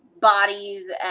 bodies